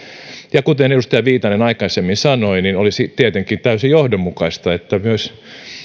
ja kuten edustaja viitanen aikaisemmin sanoi niin olisi tietenkin täysin johdonmukaista että myös